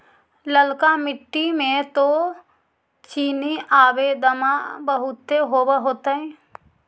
ललका मिट्टी मे तो चिनिआबेदमां बहुते होब होतय?